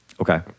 Okay